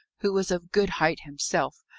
who was of good height himself,